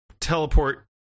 teleport